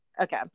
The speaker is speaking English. Okay